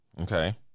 Okay